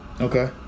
Okay